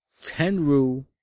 tenru